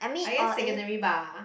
I guess secondary bah